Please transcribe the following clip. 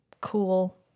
cool